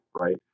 Right